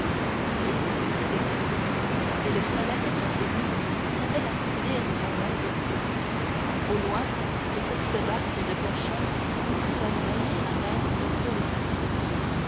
l'île était déserte et le soleil à son zénith semblait la couvrir de son oeil de feu au loin de petites barques de pêcheurs ouvraient leurs ailes sur la mer d'un bleu de saphir